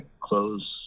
close